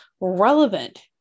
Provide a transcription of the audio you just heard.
relevant